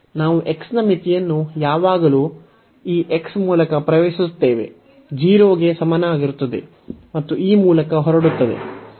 ನಾವು x ನ ಮಿತಿಯನ್ನು ಯಾವಾಗಲೂ ಈ x ಮೂಲಕ ಪ್ರವೇಶಿಸುತ್ತೇವೆ 0 ಗೆ ಸಮನಾಗಿರುತ್ತದೆ ಮತ್ತು ಈ ಮೂಲಕ ಹೊರಡುತ್ತದೆ